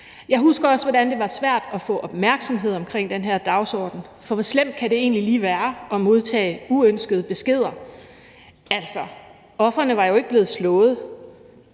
Jeg husker også, hvordan det var svært at få opmærksomhed omkring den her dagsorden, for hvor slemt kan det egentlig lige være at modtage uønskede beskeder – altså, ofrene var jo ikke blevet slået,